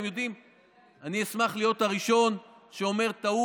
אתם יודעים, אני אשמח להיות הראשון שאומר: טעות,